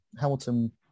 hamilton